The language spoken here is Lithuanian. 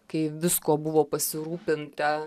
kai viskuo buvo pasirūpinta